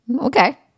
okay